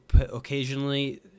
occasionally